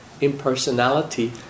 impersonality